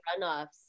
runoffs